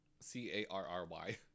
c-a-r-r-y